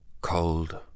cold